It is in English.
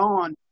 on